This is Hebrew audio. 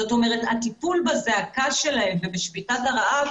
זאת אומרת, הטיפול בזעקה שלהם ובשביתת הרעב